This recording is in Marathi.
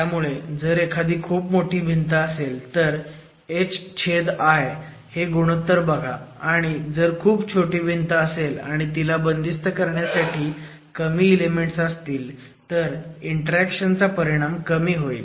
त्यामुळे जर एखादी खूप मोठी भिंत असेल तर hl हे गुणोत्तर बघा आणि जर खूप छोटी भिंत असेल आणि तिला बंदिस्त करण्यासाठी कमी इलेमेंट्स असतील तर इंटरॅक्शनचा परिणाम कमी होईल